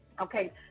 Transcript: Okay